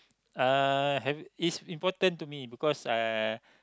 uh it's important to me because I